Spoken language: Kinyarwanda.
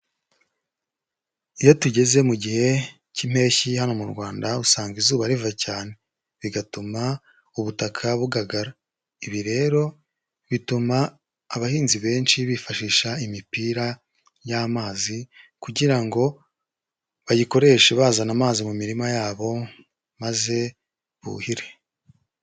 Iyo tugeze mu gihe cy'impeshyi hano mu Rwanda usanga izuba riva cyane bigatuma ubutaka bugagara, ibi rero bituma abahinzi benshi bifashisha imipira y'amazi kugira ngo bayikoreshe bazana amazi mu mirima yabo maze buhire.